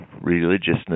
religiousness